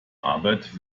arbeit